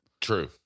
True